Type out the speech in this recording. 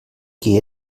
qui